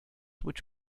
which